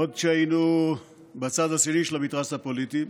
עוד כשהיינו בצד השני של המתרס הפוליטי,